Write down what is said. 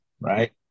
right